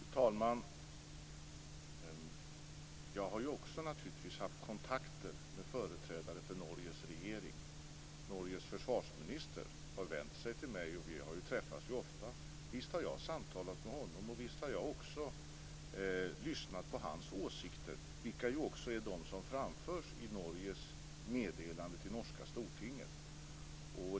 Fru talman! Jag har naturligtvis också haft kontakter med företrädare för Norges regering. Norges försvarsminister har vänt sig till mig och vi träffas ju ofta. Visst har jag samtalat med honom och visst har jag lyssnat på hans åsikter, vilka ju också är de som framförs i Norges meddelande till norska Stortinget.